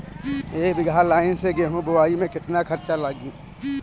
एक बीगहा लाईन से गेहूं बोआई में केतना खर्चा लागी?